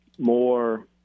more